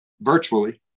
virtually